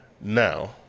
Now